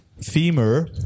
femur